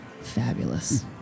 Fabulous